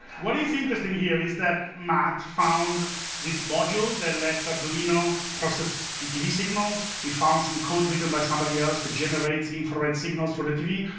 what is interesting here is that matt found this module that lets arduino process tv signals, he found some code written by somebody else that generates infrared signals for the tv,